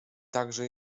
także